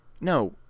No